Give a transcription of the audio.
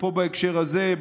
ובהקשר הזה,